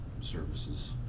services